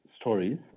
stories